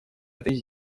этой